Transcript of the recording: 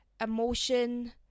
emotion